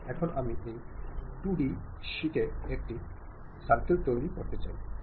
এখন আমি এই 2d শীটে একটি সার্কেল তৈরি করতে চাই